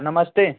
नमस्ते